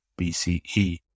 BCE